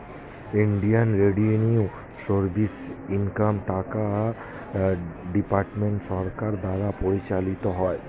Indian revenue service income tax department সরকার দ্বারা পরিচালিত হয়